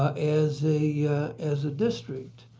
as a yeah as a district.